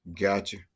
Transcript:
Gotcha